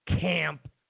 camp